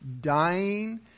dying